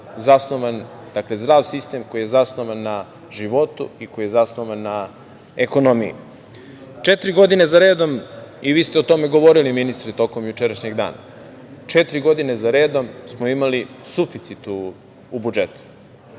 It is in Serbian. zdrav sistem koji je zasnovan na životu i koji je zasnovan na ekonomiji. Četiri godine zaredom, i vi ste o tome govorili, ministre, tokom jučerašnjeg dana, četiri godine zaredom smo imali suficit u budžetu.